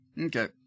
Okay